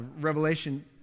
Revelation